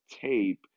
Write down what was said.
tape